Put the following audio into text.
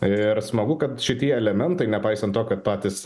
ir smagu kad šitie elementai nepaisant to kad patys